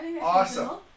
Awesome